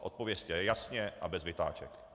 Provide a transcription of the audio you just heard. Odpovězte jasně a bez vytáček.